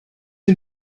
den